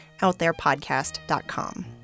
outtherepodcast.com